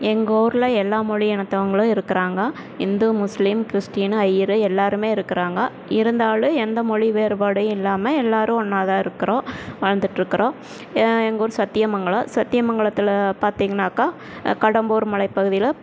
எங்கூரில் எல்லா மொழி இனத்தவங்களும் இருக்கறாங்க இந்து முஸ்லீம் கிறிஸ்டியனு ஐயர் எல்லாருமே இருக்கறாங்க இருந்தாலும் எந்த மொழி வேறுபாடும் இல்லாமல் எல்லாரும் ஒன்னாக தான் இருக்கிறோம் வாழ்ந்துட்டுருக்கறோம் எங்கூர் சத்தியமங்களம் சத்தியமங்களத்தில் பார்த்தீங்னாக்கா கடம்பூர் மலைப்பகுதியில்